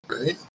Right